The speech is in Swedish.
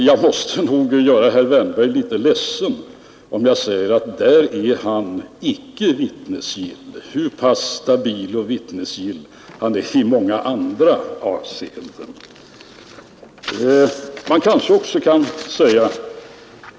Jag måste nog ta risken att göra herr Wärnberg litet ledsen genom att säga att han därvidlag icke är vittnesgill, hur stabil och tillförlitlig han än är i många andra avseenden.